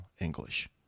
English